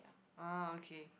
ah okay